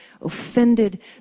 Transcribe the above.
offended